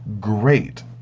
great